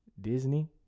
disney